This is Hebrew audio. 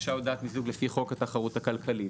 הוגשה הודעת מיזוג לפי חוק התחרות הכלכלה,